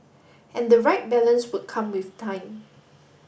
and the right balance would come with time